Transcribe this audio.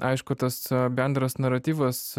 aišku tas bendras naratyvas